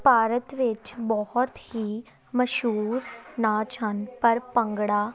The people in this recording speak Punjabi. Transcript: ਭਾਰਤ ਵਿੱਚ ਬਹੁਤ ਹੀ ਮਸ਼ਹੂਰ ਨਾਚ ਹਨ ਪਰ ਭੰਗੜਾ